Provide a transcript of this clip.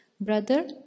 Brother